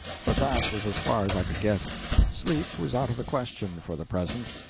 but that was as far as i could get sleep was out of the question for the present.